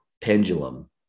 pendulum